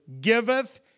giveth